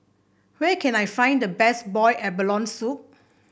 where can I find the best Boiled Abalone Soup